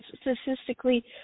statistically